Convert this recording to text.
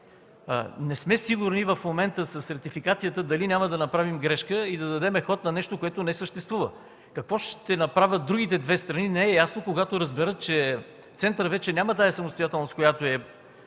Не сме сигурни в момента дали с ратификацията няма да направим грешка и да дадем ход на нещо, което не съществува. Какво ще направят другите две страни не е ясно, когато разберат, че центърът вече няма да е със самостоятелност, която е